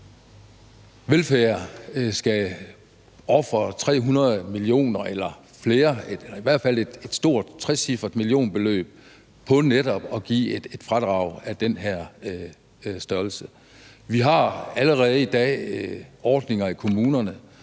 velfærd skal ofre 300 mio. kr. eller mere – i hvert fald et stort trecifret millionbeløb – på netop at give et fradrag af den her størrelse. Vi har allerede i dag ordninger i kommunerne,